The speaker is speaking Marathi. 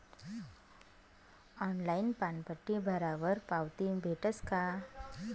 ऑनलाईन पानपट्टी भरावर पावती भेटस का?